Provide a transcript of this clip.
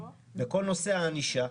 בכל נושא הענישה,